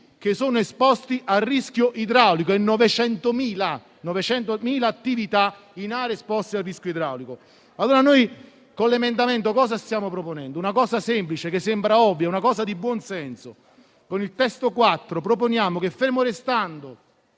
edifici esposti a rischio idraulico e 900.000 attività in aree esposte a rischio idraulico. Con l'emendamento 2.30 (testo 4) stiamo proponendo una cosa semplice, che sembra ovvia, una cosa di buon senso. Con il testo 4 proponiamo che, fermi restando